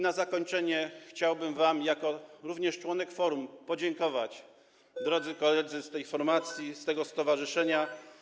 Na zakończenie chciałbym wam jako członek forum podziękować, drodzy koledzy z tej formacji, z tego stowarzyszenia.